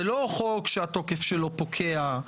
זה לא חוק שהתוקף שלו פוקע,